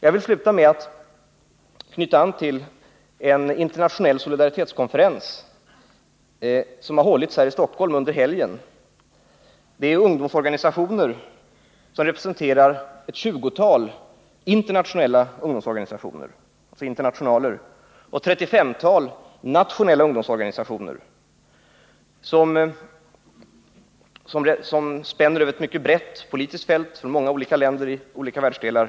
Jag vill sluta med att knyta an till en internationell solidaritetskonferens som har hållits här i Stockholm under helgen av ett 20-tal internationella och ett 35-tal nationella ungdomsorganisationer. Det var en representation av organisationer som spände över ett mycket brett politiskt fält med deltagare från många olika länder i olika världsdelar.